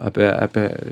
apie apie